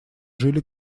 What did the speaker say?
жили